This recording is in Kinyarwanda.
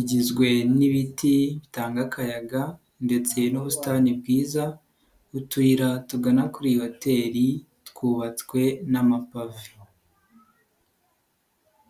igizwe n'ibiti bitanga akayaga ndetse n'ubusitani bwiza utuyira tugana kuri iyi hoteri twubatswe n'amapave.